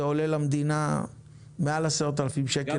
זה עולה למדינה מעל 10,000 שקל.